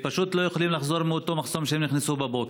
למה פשוט הם לא יכולים לחזור מאותו מחסום שהם נכנסו בו בבוקר?